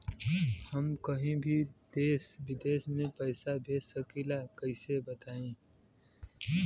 हम कहीं भी देश विदेश में पैसा भेज सकीला कईसे बताई?